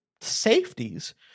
safeties